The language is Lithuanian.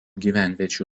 gyvenviečių